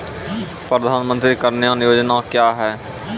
प्रधानमंत्री कल्याण योजना क्या हैं?